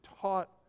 taught